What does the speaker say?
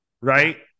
right